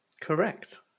Correct